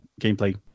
gameplay